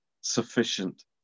sufficient